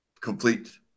complete